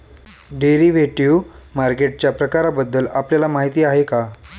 Derivative मार्केटच्या प्रकारांबद्दल आपल्याला माहिती आहे का?